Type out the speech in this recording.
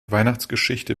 weihnachtsgeschichte